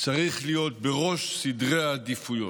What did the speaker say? צריך להיות בראש סדר העדיפויות.